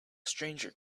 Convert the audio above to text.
stranger